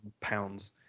pounds